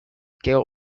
gale